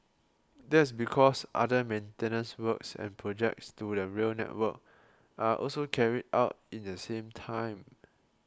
that's because other maintenance works and projects to the rail network are also carried out in the same time